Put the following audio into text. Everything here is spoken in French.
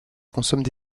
consomment